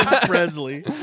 Presley